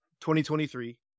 2023